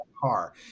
car